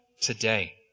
today